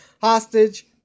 Hostage